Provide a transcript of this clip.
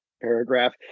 paragraph